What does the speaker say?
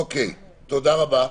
תודה רבה.